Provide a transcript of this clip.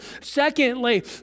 Secondly